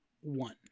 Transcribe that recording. one